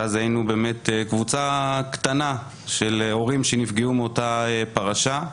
ואז היינו קבוצה קטנה של הורים שנפגעו מאותה פרשה.